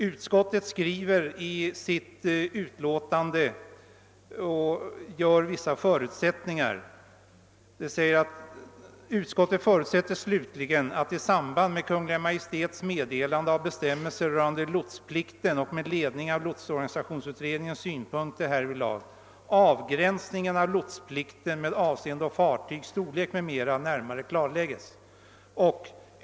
I sitt utlåtande ställer utskottet upp vissa förutsättningar: »Det förutsätts slutligen att i samband med Kungl. Maj:ts meddelande av bestämmelser rörande lotsplikten och med ledning av lotsorganisationsutredningens synpunkter härvidlag — avgränsningen av lotsplikten med avseende å fartygs storlek m.m. närmare klarläggs.